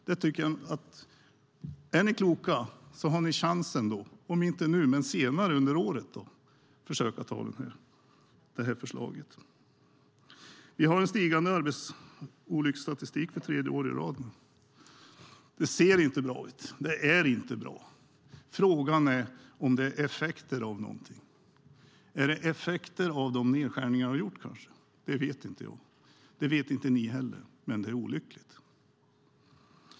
Om ni är kloka har ni chansen, om inte nu så senare under året, att försöka anta förslaget. För tredje året i rad stiger arbetsolycksstatistiken. Den ser inte bra ut, och det är inte bra. Frågan är om statistiken visar effekter av något. Är det effekter av gjorda nedskärningar? Det vet inte jag och inte ni heller, men det är olyckligt.